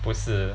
不是